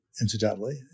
incidentally